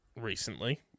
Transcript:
recently